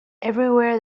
everywhere